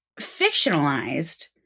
fictionalized